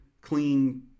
clean